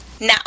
Now